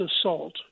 assault